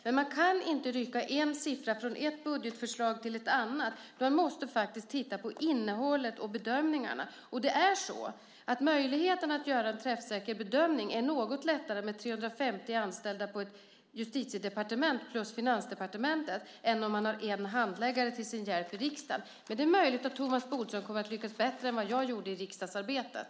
Men man kan inte rycka en siffra från ett budgetförslag till ett annat, utan man måste faktiskt titta på innehållet och bedömningarna. Möjligheten att göra en träffsäker bedömning är något lättare med 350 anställda på ett justitiedepartement plus Finansdepartementet än om man har en handläggare till sin hjälp i riksdagen. Men det är möjligt att Thomas Bodström kommer att lyckas bättre än jag gjorde i riksdagsarbetet.